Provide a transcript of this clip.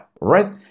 right